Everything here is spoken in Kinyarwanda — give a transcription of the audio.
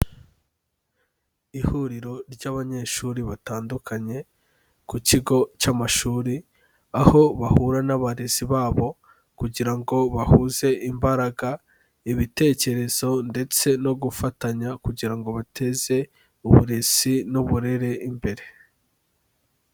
Ihuriro ry'abanyeshuri batandukanye ku kigo cy'amashuri, aho bahura n'abarezi babo kugira ngo bahuze imbaraga, ibitekerezo, ndetse no gufatanya kugira ngo bateze uburezi n'uburere imbere.